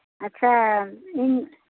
ᱟᱪᱪᱷᱟ ᱤᱧ